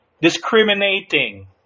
discriminating